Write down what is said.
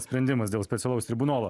sprendimas dėl specialaus tribunolo